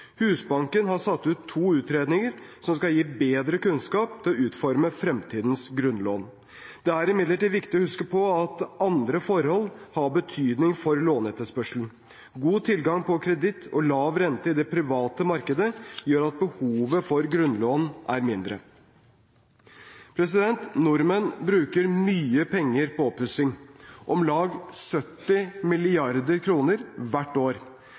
Husbanken har satt ut to utredninger som skal gi bedre kunnskap til å utforme fremtidens grunnlån. Det er imidlertid viktig å huske på at andre forhold har betydning for låneetterspørselen. God tilgang på kreditt og lav rente i det private markedet gjør at behovet for grunnlån er mindre. Nordmenn bruker mye penger på oppussing – om lag 70 mrd. kr hvert år.